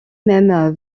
même